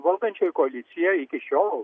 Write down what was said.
valdančioji koalicija iki šiol